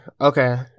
okay